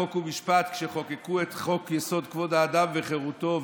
חוק ומשפט כשחוקקו את חוק-יסוד: כבוד האדם וחירותו,